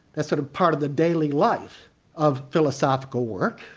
as sort of part of the daily life of philosophical work,